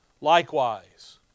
Likewise